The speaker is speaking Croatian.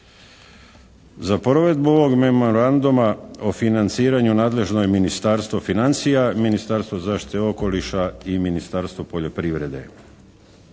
Za provedbu ovog Memoranduma o financiranju, nadležno je Ministarstvo financija, Ministarstvo zaštite okoliša i Ministarstvo poljoprivrede.